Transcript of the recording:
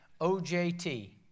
OJT